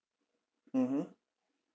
mmhmm